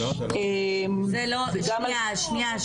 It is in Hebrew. שנייה,